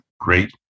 Great